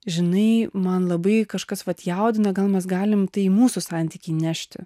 žinai man labai kažkas vat jaudina gal mes galim tai į mūsų santykį įnešti